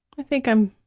i think i'm,